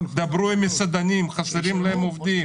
דברו עם מסעדנים, חסרים להם עובדים.